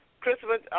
Christmas